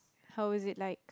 how was it like